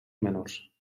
menors